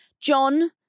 John